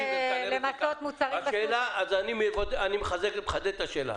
אני מחדד את השאלה.